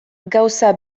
gauza